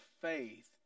faith